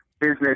business